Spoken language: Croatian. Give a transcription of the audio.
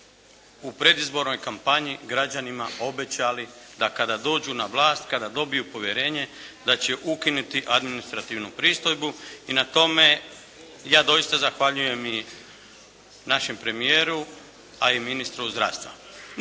u predizbornoj kampanji građanima obećali da kada dođu na vlast, kada dobiju povjerenje da će ukinuti administrativnu pristojbu i na tome ja doista zahvaljujem i našem premijeru a i ministru zdravstva.